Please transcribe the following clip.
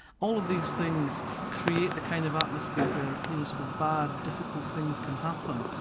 all of these things create the kind of atmosphere where you know sort of bad, difficult things can happen,